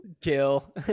Kill